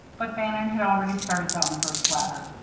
but bannon had already started down the first ladder.